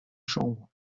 chambre